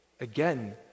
again